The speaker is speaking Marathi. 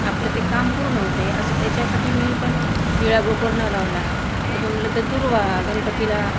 आपलं ते काम पूर्ण होते असं याच्यासाठी मी पण निळा गोकर्ण लावला अजून म्हणलं तर दुर्वा गणपतीला